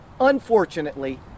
unfortunately